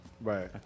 right